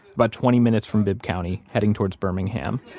about twenty minutes from bibb county, heading towards birmingham.